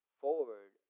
forward